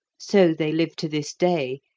so they live to this day,